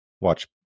Watch